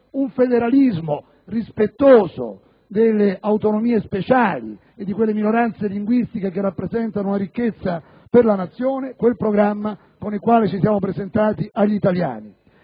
un federalismo rispettoso delle autonomie speciali e di quelle minoranze linguistiche che rappresentano una ricchezza per la Nazione: dunque, il programma con il quale ci siamo presentati agli italiani.